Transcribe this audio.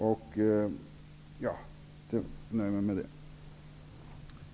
Jag nöjer mig med detta.